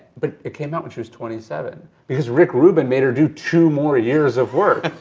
but it came out when she was twenty seven, because rick rubin made her do two more years of work.